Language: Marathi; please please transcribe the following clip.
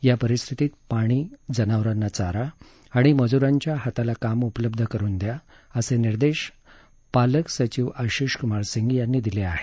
या परिस्थितीत पाणी जनावरांना चारा आणि मजुरांच्या हाताला काम उपलब्ध करुन द्याअसे निर्देश पालक सचिव आशिषकुमार सिंग यांनी दिले आहेत